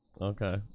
Okay